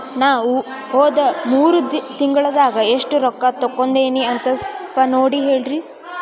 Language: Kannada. ನಾ ಹೋದ ಮೂರು ತಿಂಗಳದಾಗ ಎಷ್ಟು ರೊಕ್ಕಾ ತಕ್ಕೊಂಡೇನಿ ಅಂತ ಸಲ್ಪ ನೋಡ ಹೇಳ್ರಿ